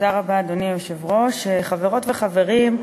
אדוני היושב-ראש, תודה רבה, חברות וחברים,